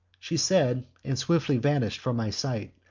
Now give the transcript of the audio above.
she said, and swiftly vanish'd from my sight,